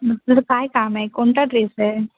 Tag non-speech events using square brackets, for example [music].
[unintelligible] काय काम आहे कोणता ड्रेस आहे